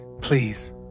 Please